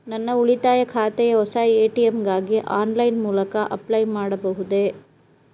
ನನ್ನ ಉಳಿತಾಯ ಖಾತೆಯ ಹೊಸ ಎ.ಟಿ.ಎಂ ಗಾಗಿ ಆನ್ಲೈನ್ ಮೂಲಕ ಅಪ್ಲೈ ಮಾಡಬಹುದೇ?